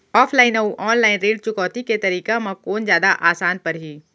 Offline अऊ online ऋण चुकौती के तरीका म कोन जादा आसान परही?